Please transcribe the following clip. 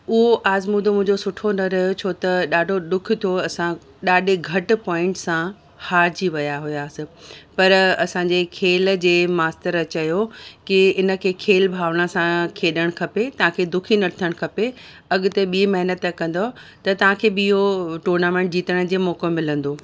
उहो आज़मूदो मुंहिंजो सुठो न रहियो छो त ॾाढो ॾुखु थियो असां ॾाढे घट पोइंट सां हारिजी विया हुयासीं पर असांजे खेल जे मास्तर चयो कि इनखे खेल भावना सां खेॾणु खपे तव्हां खे दुखी न थियणु खपे अॻिते ॿी महिनत कंदव त तव्हां खे बि इहो टूर्नामेंट जीतण जो मौक़ो मिलंदो